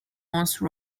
once